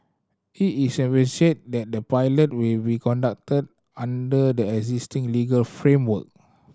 it is envisaged that the pilot will be conducted under the existing legal framework